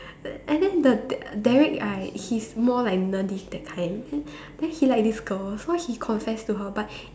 and then the the Derrick right he's more like nerdy that kind then then he like this girl so he confessed to her but